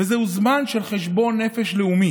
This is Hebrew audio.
וזהו זמן של חשבון נפש לאומי.